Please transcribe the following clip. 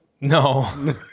No